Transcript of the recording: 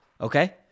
Okay